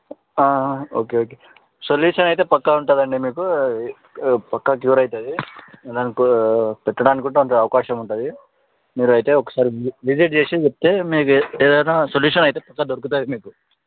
okay okay solution అయితే పక్కా ఉంటుంది అండి మీకు పక్కా క్యూర్ అవుతుంది దానికో పెట్టడానికి కూడా కొంత అవకాశం ఉంటుంది మీరు అయితే ఒకసారి వి విజిట్ చేసి చెప్తే మీకు ఏదైనా సొల్యూషన్ అయితే పక్కా దొరుకుతుంది మీకు